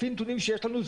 לפי נתונים שיש לנו,